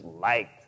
liked